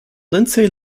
lindsay